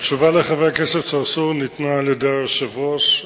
התשובה לחבר הכנסת צרצור ניתנה על-ידי היושב-ראש.